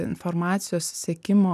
informacijos sekimo